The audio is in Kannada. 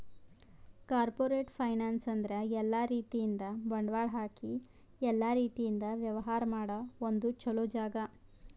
ಕಾರ್ಪೋರೇಟ್ ಫೈನಾನ್ಸ್ ಅಂದ್ರ ಎಲ್ಲಾ ರೀತಿಯಿಂದ್ ಬಂಡವಾಳ್ ಹಾಕಿ ಎಲ್ಲಾ ರೀತಿಯಿಂದ್ ವ್ಯವಹಾರ್ ಮಾಡ ಒಂದ್ ಚೊಲೋ ಜಾಗ